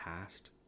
past